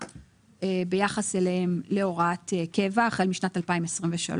ביחס אליהם להוראת קבע החל משנת 2023,